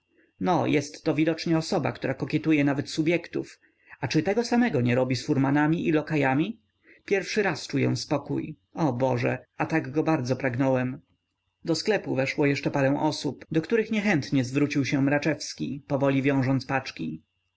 no jest to widocznie osoba która kokietuje nawet subjektów a czy tego samego nie robi z furmanami i lokajami pierwszy raz czuję spokój o boże a tak go bardzo pragnąłem do sklepu weszło jeszcze parę osób do których niechętnie zwrócił się mraczewski powoli wiążąc paczki